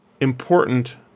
important